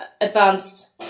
advanced